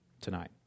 tonight